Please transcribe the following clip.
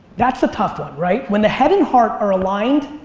that's a tough one, right? when the head and heart are aligned,